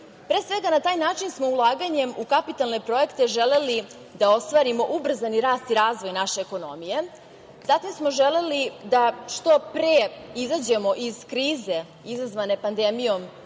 svega, na taj način smo, ulaganjem u kapitalne projekte, želeli da ostvarimo ubrzani rast i razvoj naše ekonomije. Zatim smo želeli da što pre izađemo iz krize izazvane pandemijom